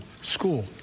School